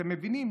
אתם מבינים?